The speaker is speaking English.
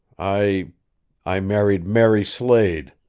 i i married mary slade.